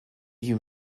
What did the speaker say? you